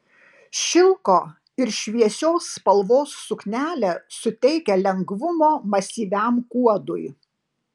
šilko ir šviesios spalvos suknelė suteikia lengvumo masyviam kuodui